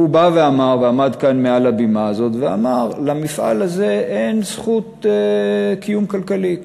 הוא עמד כאן על הבמה הזאת ואמר: למפעל הזה אין זכות קיום כלכלי.